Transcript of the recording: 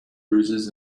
bruises